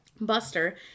Buster